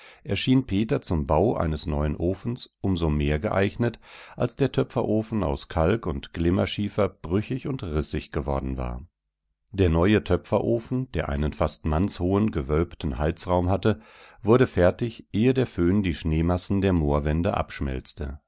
erschien peter zum bau eines neuen ofens um so mehr geeignet als der töpferofen aus kalk und glimmerschiefer brüchig und rissig geworden war der neue töpferofen der einen fast mannshohen gewölbten heizraum hatte wurde fertig ehe der föhn die schneemassen der moorwände abschmelzte